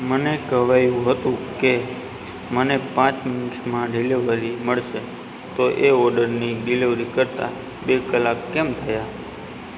મને કહેવાયું હતું કે મને પાંચ મિનીટ્સમાં ડિલિવરી મળશે તો એ ઓર્ડરની ડિલિવરી કરતા બે કલાક કેમ થયા